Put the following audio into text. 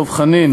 דב חנין,